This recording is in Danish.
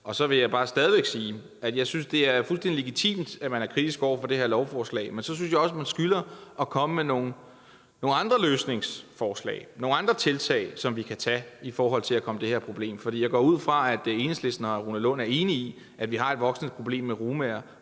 Så vil jeg bare stadig væk sige, at jeg synes, at det er fuldstændig legitimt, at man er kritisk over for det her lovforslag. Men så synes jeg også, at man skylder at komme med nogle andre løsningsforslag, nogle andre tiltag, som vi kan tage for at komme det her problem til livs. For jeg går ud fra, at Enhedslisten og hr. Rune Lund er enig i, at vi har et voksende problem med romaer